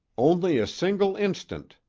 only a single instant,